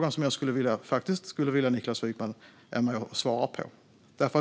något som jag skulle vilja att Niklas Wykman kommenterar.